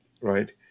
right